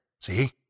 see